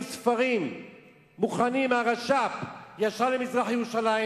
ספרים מוכנים מהרש"פ ישר למזרח-ירושלים,